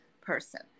person